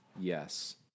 Yes